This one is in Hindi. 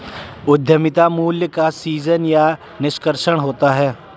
उद्यमिता मूल्य का सीजन या निष्कर्षण होता है